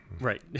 Right